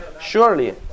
Surely